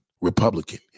Republican